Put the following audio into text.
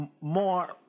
more